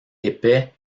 épais